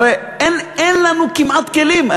הרי אין לנו כמעט כלים.